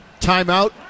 timeout